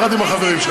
יחד עם החברים שלך,